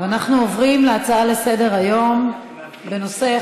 אנחנו עוברים להצעות לסדר-היום בנושא: